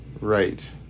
Right